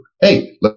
Hey